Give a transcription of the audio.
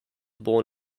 born